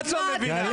את לא מבינה.